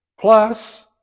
plus